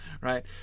right